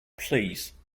please